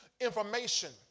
information